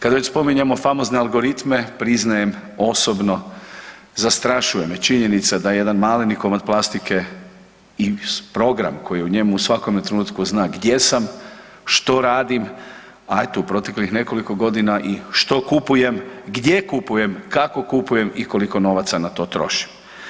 Kad već spominjemo famozne algoritme priznajem osobno zastrašuje me činjenica da jedan maleni komad plastike i program koji u njemu u svakome trenutku zna gdje sam, što radim, a eto u proteklih nekoliko godina i što kupujem, gdje kupujem, kako kupujem i koliko novaca na to trošim.